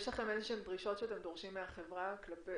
יש לכם איזשהן דרישות שאתם דורשים מהחברה כלפי